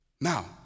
Now